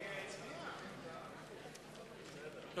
סעיף 09, משרד החוץ, לשנת 2009, נתקבל.